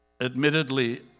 admittedly